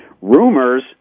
rumors